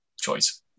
choice